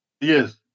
Yes